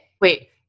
Wait